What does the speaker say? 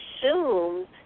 assume